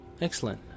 excellent